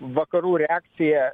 vakarų reakcija